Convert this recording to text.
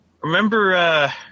Remember